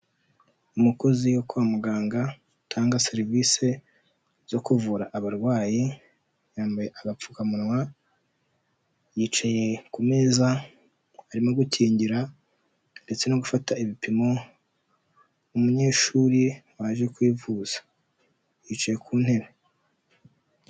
Umukozi wo kwa muganga utanga serivisi zo kuvura abarwayi, yambaye agapfukamunwa, yicaye ku meza arimo gukingira ndetse no gufata ibipimo umunyeshuri waje kwivuza yicaye ku ntebe.